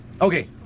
Okay